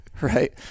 right